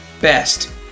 best